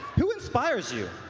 who inspires you?